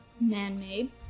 man-made